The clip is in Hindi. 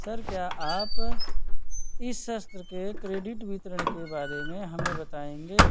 सर क्या आप इस सत्र के क्रेडिट वितरण के बारे में हमें बताएँगे